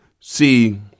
See